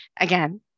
again